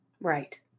Right